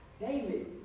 David